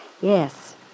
Yes